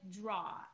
draw